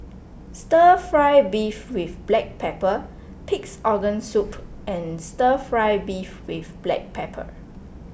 Stir Fry Beef with Black Pepper Pig's Organ Soup and Stir Fry Beef with Black Pepper